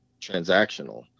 transactional